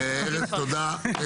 תודה.